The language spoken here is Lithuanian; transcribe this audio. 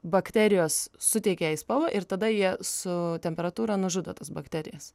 bakterijos suteikia jai spalvą ir tada jie su temperatūra nužudo tas bakterijas